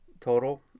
Total